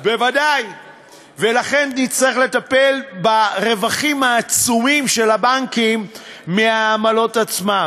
לכן נצטרך לטפל ברווחים העצומים של הבנקים מהעמלות עצמן.